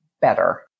better